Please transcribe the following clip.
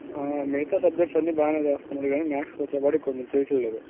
మిగతా సబ్జక్ట్స్ అన్నీ బాగానే చేస్తున్నాడు కానీ మాథ్స్కి వచ్చేపాటికి కొంచం చేయటల్లేదు